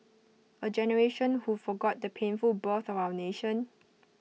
A generation who forgot the painful birth of our nation